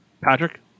Patrick